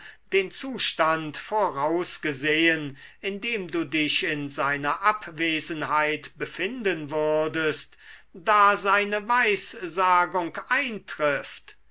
den zustand vorausgesehen in dem du dich in seiner abwesenheit befinden würdest da seine weissagung eintrifft